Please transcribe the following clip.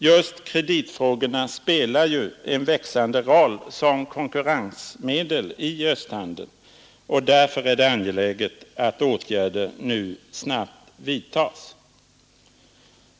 Just kreditfrågorna spelar ju en växande roll som konkurrensmedel i östhandeln, och därför är det angeläget att åtgärder nu snabbt vidtas.